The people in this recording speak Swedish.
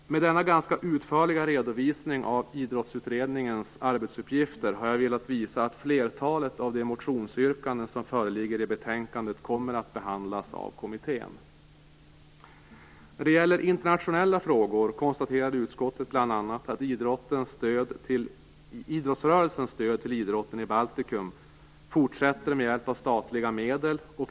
Med denna ganska utförliga redovisning av Idrottsutredningens arbetsuppgifter har jag velat visa att flertalet av de motionsyrkanden som föreligger i betänkandet kommer att behandlas av kommittén. När det gäller internationella frågor konstaterar utskottet bl.a. att idrottsrörelsens stöd till idrotten i Baltikum fortsätter med hjälp av statliga medel.